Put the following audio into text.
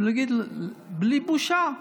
ולהגיד בלי בושה: